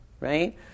right